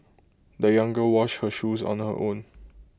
the young girl washed her shoes on her own